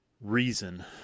reason